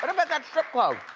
what about that strip club?